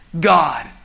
God